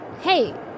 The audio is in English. Hey